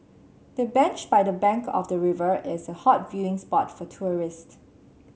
the bench by the bank of the river is a hot viewing spot for tourists